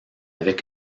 avec